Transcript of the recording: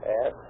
Yes